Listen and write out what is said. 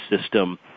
system